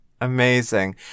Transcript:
Amazing